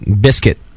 biscuit